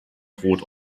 droht